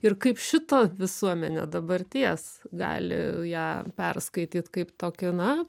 ir kaip šito visuomenė dabarties gali ją perskaityt kaip tokį na